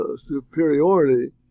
superiority